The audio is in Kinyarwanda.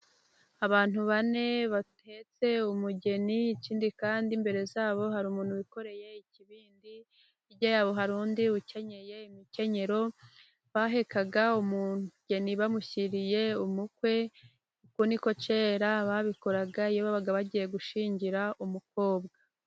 Abantu bane bahetse umugeni, ikindi kandi imbere zabo hari umuntu wikoreye ikibindi, hirya yabo hari undi ukenyeye imikenyero, bahekaga umugeni bamushyiriye umukwe, uku ni ko kera babikoraga iyo babaga bagiye gushinyingira umukobwa.